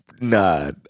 nah